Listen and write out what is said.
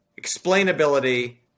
explainability